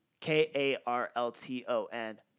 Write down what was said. K-A-R-L-T-O-N